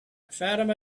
fatima